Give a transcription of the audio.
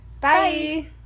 Bye